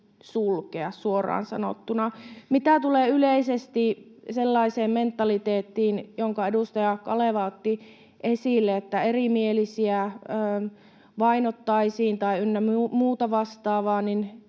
sulkea, suoraan sanottuna. Mitä tulee yleisesti sellaiseen mentaliteettiin, jonka edustaja Kaleva otti esille, että erimielisiä vainottaisiin tai muuta vastaavaa, niin